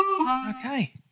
Okay